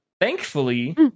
Thankfully